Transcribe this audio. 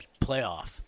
playoff